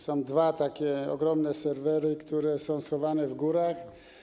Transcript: Są dwa ogromne serwery, które są schowane w górach.